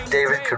David